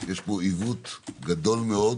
יש פה עיוות גדול מאוד